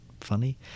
funny